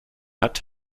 hat